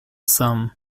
sum